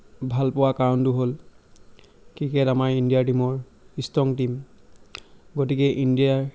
ভাল পোৱা কাৰণটো হ'ল ক্ৰিকেট আমাৰ ইণ্ডিয়া টীমৰ ষ্ট্ৰং টীম গতিকে ইণ্ডিয়াৰ